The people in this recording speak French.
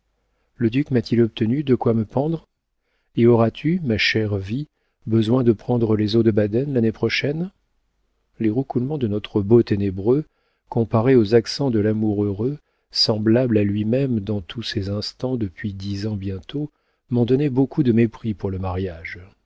le duc m'a-t-il obtenu de quoi me pendre et auras-tu ma chère vie besoin de prendre les eaux de baden l'année prochaine les roucoulements de notre beau ténébreux comparés aux accents de l'amour heureux semblable à lui-même dans tous ses instants depuis dix ans bientôt m'ont donné beaucoup de mépris pour le mariage